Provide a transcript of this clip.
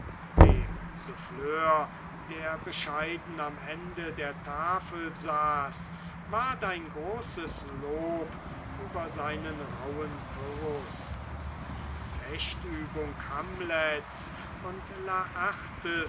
dem souffleur der bescheiden am ende der tafel saß ward ein großes lob über seinen rauhen pyrrhus die fechtübung hamlets und